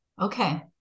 Okay